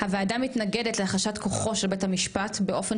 הוועדה מתנגדת להחלשת כוחו של בית המשפט באופן